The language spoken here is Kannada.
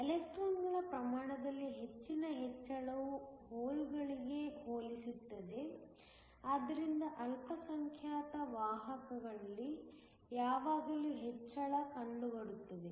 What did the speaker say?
ಎಲೆಕ್ಟ್ರಾನ್ಗಳ ಪ್ರಮಾಣದಲ್ಲಿ ಹೆಚ್ಚಿನ ಹೆಚ್ಚಳವು ಹೋಲ್ಗಳಿಗೆ ಹೋಲಿಸುತ್ತದೆ ಆದ್ದರಿಂದ ಅಲ್ಪಸಂಖ್ಯಾತ ವಾಹಕಗಳಲ್ಲಿ ಯಾವಾಗಲೂ ಹೆಚ್ಚಳ ಕಂಡುಬರುತ್ತದೆ